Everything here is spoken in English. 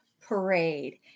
parade